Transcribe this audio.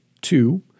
Two